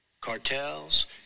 cartels